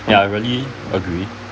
ya really agree